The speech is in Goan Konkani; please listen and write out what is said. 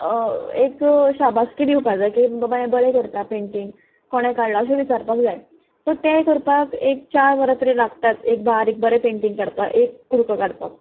एक शाबासकी दिवपाक जाय की बाबा हें बरें करता पेंटींग कोणें काडलां अशें विचारपाक जाय सो तें करपाक एक चार वरां तरी लागताच एक बारीक बरें पेंटींग काडपाक एक कुडको काडपाक